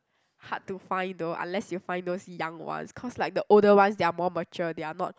hard to find though unless you find those young ones cause like the older ones they are more mature they are not